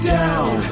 down